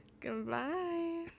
Goodbye